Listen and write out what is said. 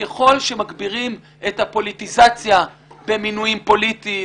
שככל שמגבירים את הפוליטיזציה במינויים פוליטיים,